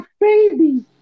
baby